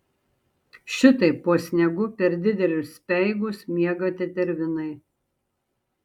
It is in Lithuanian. šitaip po sniegu per didelius speigus miega tetervinai